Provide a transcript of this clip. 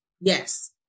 Yes